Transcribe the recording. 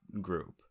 group